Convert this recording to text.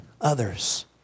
others